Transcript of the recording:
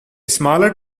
smaller